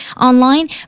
online